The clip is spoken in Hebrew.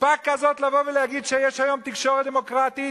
חוצפה כזאת לבוא ולהגיד שיש היום תקשורת דמוקרטית,